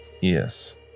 Yes